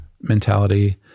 mentality